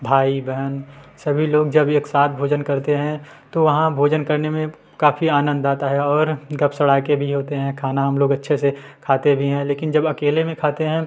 भाई बहन सभी लोग जब एक साथ भोजन करते हैं तो वहाँ भोजन करने में काफ़ी आनंद आता है और गप सड़ाके भी होते हैं खाना हम लोग अच्छे से खाते भी हैं लेकिन जब अकेले में खाते हैं